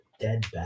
dead